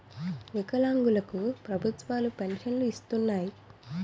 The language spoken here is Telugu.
వికలాంగులు కు ప్రభుత్వాలు పెన్షన్ను ఇస్తున్నాయి